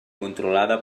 controlada